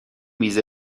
میز